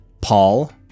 Paul